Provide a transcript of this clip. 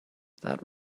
that